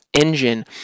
engine